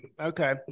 Okay